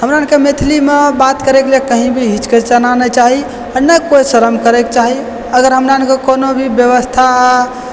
हमरा अरके मैथिलीमे बात करयके लिये कहीं भी हिचकिचाना नहि चाही आओर ने कोइ शर्म करयके चाही अगर हमरा अरके कोनो भी व्यवस्था